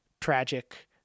tragic